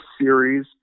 series